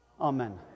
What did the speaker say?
amen